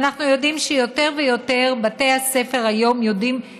ואנחנו יודעים שיותר ויותר בתי ספר היום יודעים